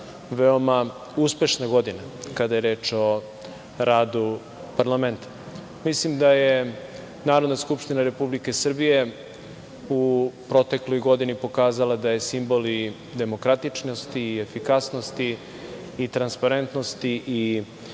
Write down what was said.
veoma uspešna godina, kada je reč o radu parlamenta. Mislim da je Narodna skupština Republike Srbije u protekloj godini pokazala da je simbol i demokratičnosti i efikasnosti i transparentnosti i